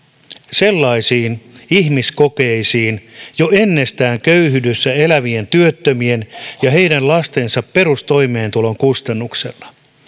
sellaisiin ihmiskokeisiin jo ennestään köyhyydessä elävien työttömien ja heidän lastensa perustoimeentulon kustannuksella